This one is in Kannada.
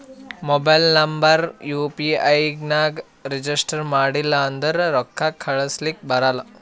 mobile number U P I ನಾಗ್ ರಿಜಿಸ್ಟರ್ ಮಾಡಿಲ್ಲ ಅಂದುರ್ ರೊಕ್ಕಾ ಕಳುಸ್ಲಕ ಬರಲ್ಲ